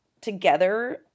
together